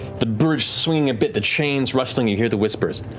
the bridge swinging a bit, the chains rustling, you hear the whispers.